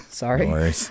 Sorry